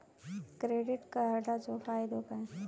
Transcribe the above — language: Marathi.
क्रेडिट कार्डाचो फायदो काय?